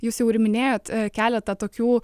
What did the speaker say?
jūs jau ir minėjot keletą tokių